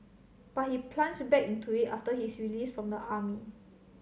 but he plunged back into it after his release from the army